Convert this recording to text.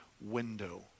window